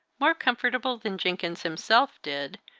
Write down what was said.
more comfortable than jenkins himself did,